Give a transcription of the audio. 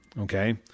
Okay